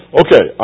okay